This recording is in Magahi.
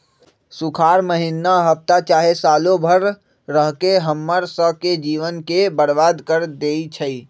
सुखार माहिन्ना हफ्ता चाहे सालों भर रहके हम्मर स के जीवन के बर्बाद कर देई छई